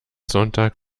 sonntag